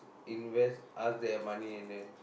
invest ask their money and then